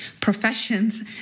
professions